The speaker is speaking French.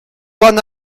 pan